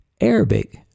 Arabic